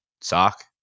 sock